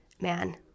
man